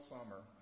Summer